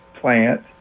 plant